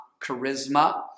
charisma